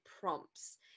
prompts